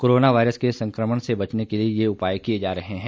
corona virus के संकमण से बचने के लिए ये उपाय किए जा रहे हैं